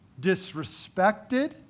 disrespected